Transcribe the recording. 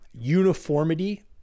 uniformity